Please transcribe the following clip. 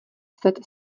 set